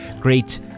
great